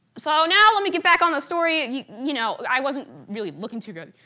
so now let me get back on the story, you you know, i wasn't really looking too good,